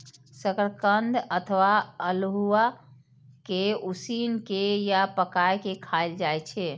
शकरकंद अथवा अल्हुआ कें उसिन के या पकाय के खायल जाए छै